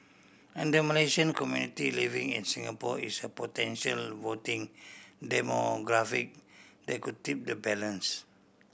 and the Malaysian community living in Singapore is a potential voting demographic that could tip the balance